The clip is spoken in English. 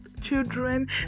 children